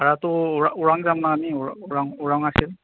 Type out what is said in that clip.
ভাৰাটো ও ওৰাং যাম আমি ওৰাং ওৰাং আছিল